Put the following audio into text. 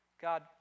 God